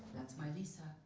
that's my lisa,